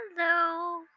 Hello